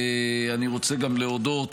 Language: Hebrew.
אני רוצה להודות